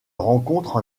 rencontrent